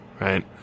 right